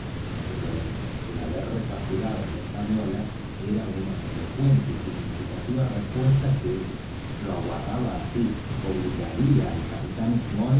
pero el haber recapturado la española era una elocuente y significativa respuesta que lo aguardaba así obligaría al capitán